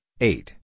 eight